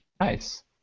Nice